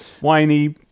whiny